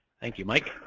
thank you. mike.